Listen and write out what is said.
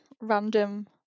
random